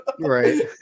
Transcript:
right